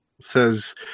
says